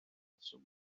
reswm